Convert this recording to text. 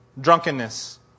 drunkenness